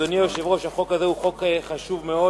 אדוני היושב-ראש, החוק הזה הוא חוק חשוב מאוד,